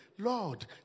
Lord